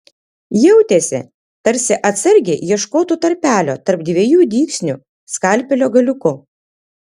jautėsi tarsi atsargiai ieškotų tarpelio tarp dviejų dygsnių skalpelio galiuku